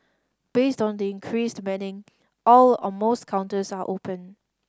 based on the increased manning all or most counters are open